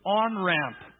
on-ramp